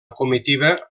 comitiva